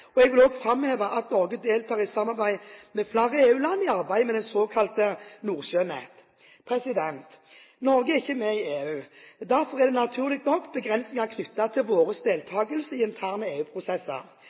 ENTSO-E. Jeg vil også framheve at Norge deltar i samarbeid med flere EU-land i arbeidet med det såkalte Nordsjønett. Norge er ikke med i EU, og derfor er det naturlig nok begrensninger knyttet til vår